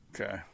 Okay